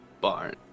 barn